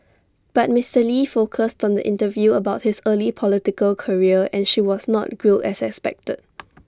but Mister lee focused on the interview about his early political career and she was not grilled as expected